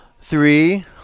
Three